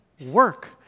work